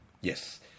yes